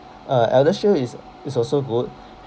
uh eldershield is is also good